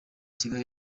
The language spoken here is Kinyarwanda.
kigali